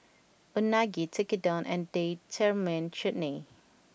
Unagi Tekkadon and Date Tamarind Chutney